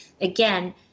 again